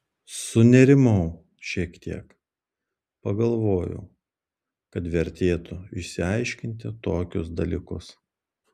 sunerimau šiek tiek pagalvojau kad vertėtų išsiaiškinti tokius dalykus